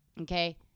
Okay